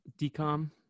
decom